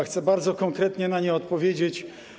Chcę bardzo konkretnie na nie odpowiedzieć.